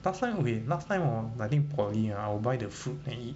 last time okay last time hor I think poly I will buy the fruit and eat